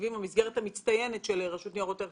המסגרת המצטיינת של רשות ניירות ערך,